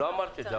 לא אמרת את זה.